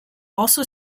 also